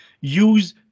use